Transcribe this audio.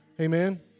Amen